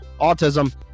autism